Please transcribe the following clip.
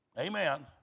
Amen